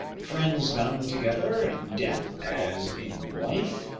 friends bound together in death as in life,